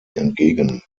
entgegen